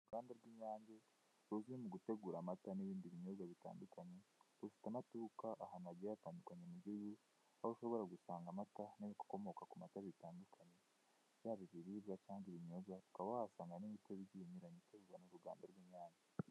Ni uruganda rw'Inyange ruzwiho gutegura amata n'ibindi binyobwa bigiye bitandukanye ,rufite amaduka ahantu hagiye hatandukanye mu gihugu, aho ushobora gusanga amata n'ibikomoka ku mata bigiye bitandukanye. yaba ibiribwa ndetse n'ibinyobwa ,ukaba wahasanga n'ibindi byinshi bikorwa n'uruganda rwi Inyange.